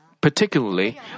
Particularly